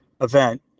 event